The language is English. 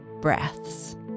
breaths